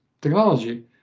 technology